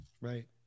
Right